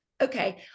okay